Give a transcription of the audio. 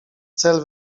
cel